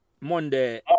Monday